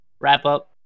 wrap-up